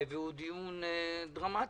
הוא דיון דרמטי,